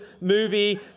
movie